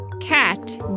Cat